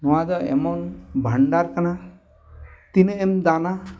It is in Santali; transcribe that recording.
ᱱᱚᱣᱟ ᱫᱚ ᱮᱢᱚᱱ ᱵᱷᱟᱱᱰᱟᱨ ᱠᱟᱱᱟ ᱛᱤᱱᱟᱹᱜ ᱮᱢ ᱫᱟᱱᱟ